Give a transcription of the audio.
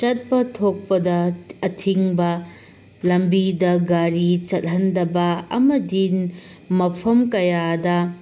ꯆꯠꯄ ꯊꯣꯛꯄꯗ ꯑꯊꯤꯡꯕ ꯂꯝꯕꯤꯗ ꯒꯥꯔꯤ ꯆꯠꯂꯟꯗꯕ ꯑꯃꯗꯤ ꯃꯐꯝ ꯀꯌꯥꯗ